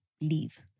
leave